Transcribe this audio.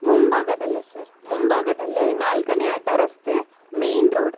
ಮುಂಭಾಗದಲ್ಲೇ sir ಮುಂಭಾಗದಲ್ಲೇ ನಾಲ್ಕನೇ ಅಡ್ಡರಸ್ತೆ ಮೇಯ್ನ್ ರೋಡ್